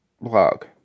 blog